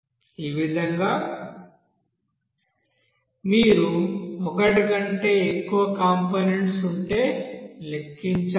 ఈ విధంగా మీరు ఒకటి కంటే ఎక్కువ కంపోనెంట్స్ ఉంటే లెక్కించవచ్చు